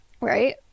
right